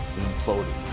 imploding